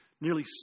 nearly